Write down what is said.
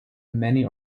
many